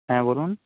হ্যাঁ বলুন